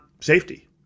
safety